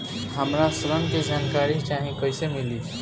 हमरा ऋण के जानकारी चाही कइसे मिली?